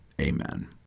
Amen